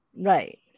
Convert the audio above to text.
Right